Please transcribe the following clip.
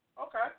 Okay